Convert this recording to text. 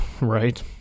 right